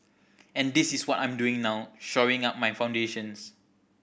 and this is what I'm doing now shoring up my foundations